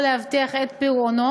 או להבטיח את פירעונו,